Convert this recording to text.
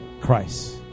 Christ